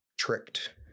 tricked